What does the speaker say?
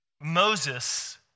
moses